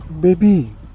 Baby